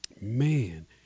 Man